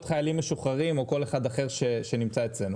חיילים משוחררים או כל אחד אחר שנמצא אצלנו.